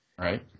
Right